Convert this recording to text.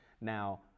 Now